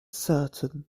certain